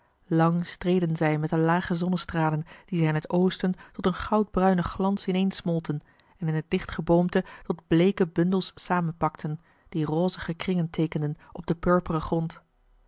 lang streden zij met de lage zonnestralen marcellus emants een drietal novellen die zij in het oosten tot een goudbruinen glans ineensmolten en in het dicht geboomte tot bleeke bundels samenpakten die rozige kringen teekenden op den purperen grond